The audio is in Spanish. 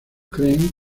creen